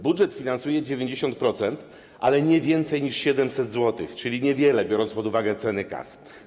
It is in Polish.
Budżet finansuje 90%, ale nie więcej niż 700 zł, czyli niewiele, biorąc pod uwagę ceny kas.